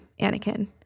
Anakin